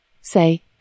Say